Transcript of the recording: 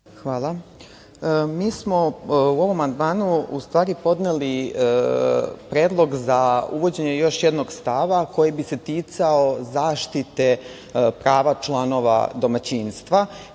Mi smo u ovom amandmanu podneli predlog za uvođenje još jednog stava koji bi se ticao zaštite prava članova domaćinstva,